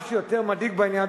מה שיותר מדאיג בעניין,